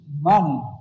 money